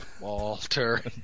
Walter